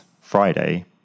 Friday